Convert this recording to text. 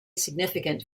significant